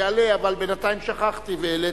אבל בינתיים שכחתי והעליתי,